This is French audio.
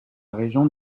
région